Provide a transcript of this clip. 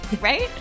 Right